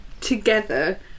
together